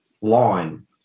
line